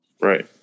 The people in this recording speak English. Right